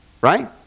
Right